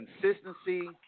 consistency